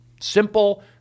simple